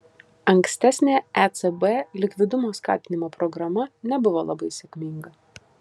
ankstesnė ecb likvidumo skatinimo programa nebuvo labai sėkminga